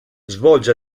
svolge